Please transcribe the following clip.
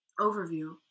overview